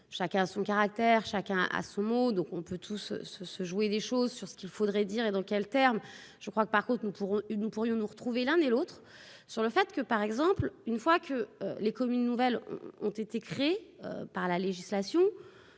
chacun a son caractère, chacun a son mot, donc on peut tous se se jouer des choses sur ce qu'il faudrait dire et dans quels termes je crois que, par contre, nous pourrons une nous pourrions nous retrouver l'un et l'autre sur le fait que, par exemple, une fois que les communes nouvelles ont été créées par la législation,